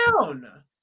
down